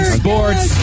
sports